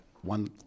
one